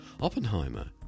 Oppenheimer